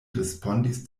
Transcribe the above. respondis